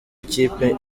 ikipe